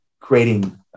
creating